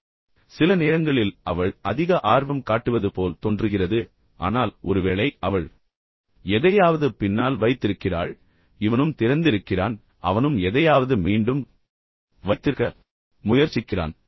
எனவே சில நேரங்களில் அவள் அதிக ஆர்வம் காட்டுவது போல் தோன்றுகிறது ஆனால் ஒருவேளை அவள் எதையாவது பின்னால் வைத்திருக்கிறாள் பின்னர் இந்த பையனும் திறந்திருக்கிறான் ஒருவேளை அவனும் எதையாவது மீண்டும் வைத்திருக்க முயற்சிக்கிறான்